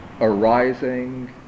arising